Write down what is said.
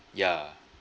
ya